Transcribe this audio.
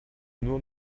nur